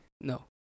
No